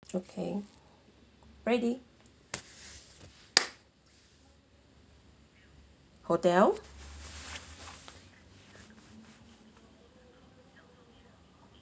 okay ready hotel